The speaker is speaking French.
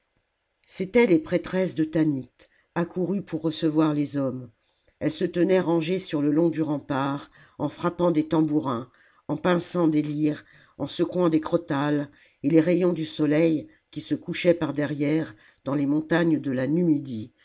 c'étaient les prêtresses de tanit accourues pour recevoir les hommes elles se tenaient rangées sur le long du rempart en frappant des tambourins en pinçant des lyres en secouant des crotales et les rayons du soleil qui se couchait par derrière dans les montagnes de la numidie